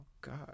God